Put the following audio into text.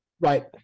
right